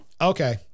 Okay